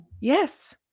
Yes